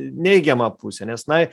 neigiamą pusę nes na